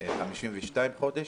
52 חודש.